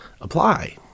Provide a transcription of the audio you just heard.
apply